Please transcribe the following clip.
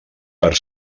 per